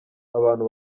abantu